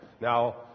Now